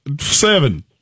seven